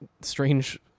strange